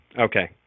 okay